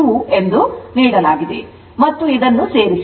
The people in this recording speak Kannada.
2 ನಲ್ಲಿ ನೀಡಲಾಗಿದೆ ಮತ್ತು ಇದನ್ನು ಸೇರಿಸಿ